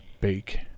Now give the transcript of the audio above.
bake